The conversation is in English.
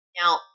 Now